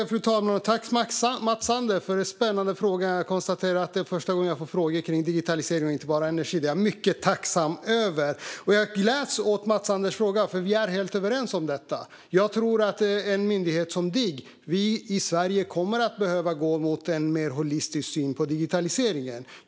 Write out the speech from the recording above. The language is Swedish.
Fru talman! Tack för en spännande fråga, Mats Sander! Jag konstaterar att det är första gången jag får frågor om digitalisering och inte bara om energi, och det är jag mycket tacksam för. Jag gläds också åt Mats Sanders fråga, för vi är helt överens om detta. Jag tror att vi i Sverige kommer att behöva gå mot en mer holistisk syn på digitaliseringen.